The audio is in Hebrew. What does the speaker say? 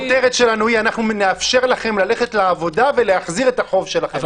הכותרת שלנו היא: אנחנו נאפשר לכם ללכת לעבודה ולהחזיר את החוק שלכם.